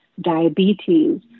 diabetes